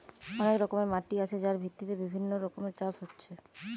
অনেক রকমের মাটি আছে যার ভিত্তিতে বিভিন্ন রকমের চাষ হচ্ছে